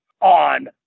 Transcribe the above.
on